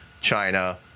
China